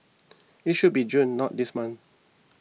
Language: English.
it should be June not this month